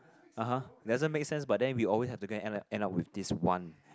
(uh huh) doesn't make sense but then we always have to go and end up end up with this one